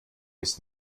ist